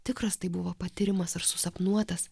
tikras tai buvo patyrimas ar susapnuotas